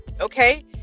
Okay